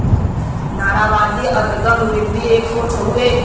नारीवादी अदगम वृत्ति एक सोच हउए